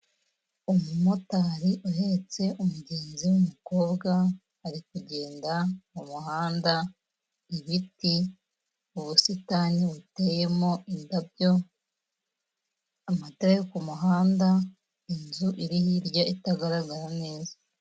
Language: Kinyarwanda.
Umu motari uhetse umugenzi w'umukobwa ari kugenda mu muhanda, igiti, ubusitani buteyemo indabyo, amatara yo ku muhanda, inzu iri hirya itagaragara neza.